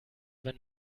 wenn